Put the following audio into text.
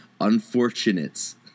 unfortunates